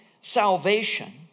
salvation